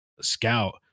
scout